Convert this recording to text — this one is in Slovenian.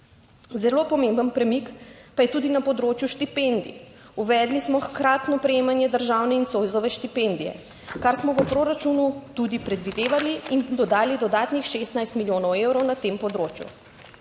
Zelo pomemben premik pa je tudi na področju štipendij. Uvedli smo hkratno prejemanje državne in Zoisove štipendije, kar smo v proračunu tudi predvidevali in dodali dodatnih 16 milijonov evrov na tem področju.